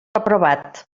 aprovat